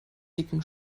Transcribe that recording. dicken